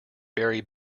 very